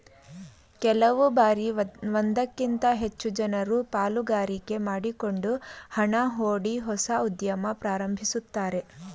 ಕೆಲವು ಬಾರಿ ಒಂದಕ್ಕಿಂತ ಹೆಚ್ಚು ಜನರು ಪಾಲುಗಾರಿಕೆ ಮಾಡಿಕೊಂಡು ಹಣ ಹೂಡಿ ಹೊಸ ಉದ್ಯಮ ಪ್ರಾರಂಭಿಸುತ್ತಾರೆ